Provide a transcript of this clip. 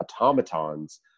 automatons